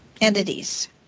entities